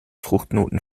fruchtknoten